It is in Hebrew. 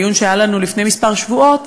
בדיון שהיה לנו לפני כמה שבועות,